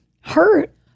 hurt